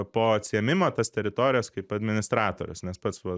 po atsiėmimo tas teritorijas kaip administratorius nes pats